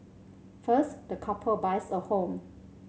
first the couple buys a home